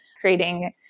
creating